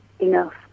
enough